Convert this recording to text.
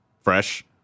fresh